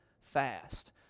fast